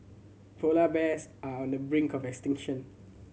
polar bears are on the brink of extinction